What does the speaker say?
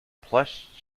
plush